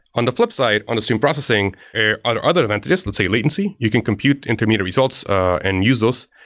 on the flipside, on the stream processing, ah other other advantages, let's say latency. you can compute intermediate results and use those.